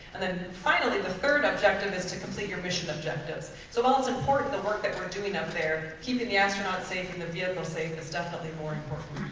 and then finally the third objective is to complete your mission objectives. so while it's important the work that we're doing up there keeping the astronauts safe and the vehicle safe is definitely more important.